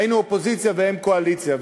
היינו אופוזיציה והם קואליציה,